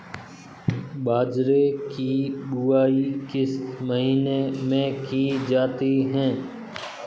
बाजरे की बुवाई किस महीने में की जाती है?